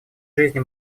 жизни